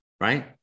right